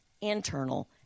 internal